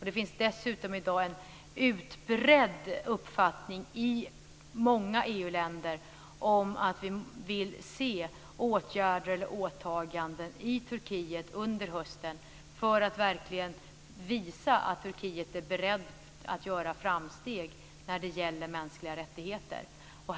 Det finns dessutom i dag en utbredd uppfattning i många EU-länder om att vi vill se åtgärder/åtaganden i Turkiet under hösten som verkligen visar att Turkiet är berett att göra framsteg när det gäller mänskliga rättigheter.